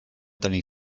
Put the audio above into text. tenir